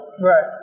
Right